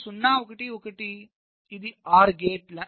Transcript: ఇది 0 1 1 ఇది OR gate